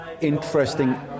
interesting